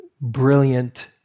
brilliant